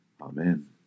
Amen